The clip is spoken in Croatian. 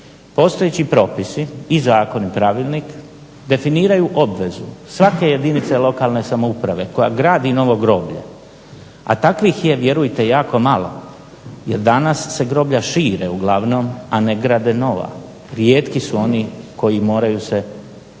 postojeći propisi i zakon i pravilnik definiraju obvezu svake jedinice lokalne samouprave koja gradi novo groblje, a takvih je vjerujte jako malo, jer danas se groblja šire uglavnom, a ne grade nova. Rijetki su oni koji se moraju odlučiti